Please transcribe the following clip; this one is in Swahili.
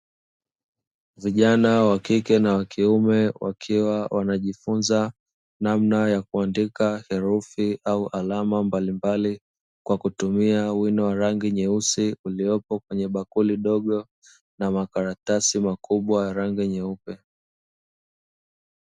Vijana wakike na wakiume wakiwa wanajifunza namna ya kuandika herufi au alama mbalimbali kwa kutumia wino wa rangi nyeusi uliopo kwenye bakuli dogo na makaratasi makubwa ya rangi nyeupe.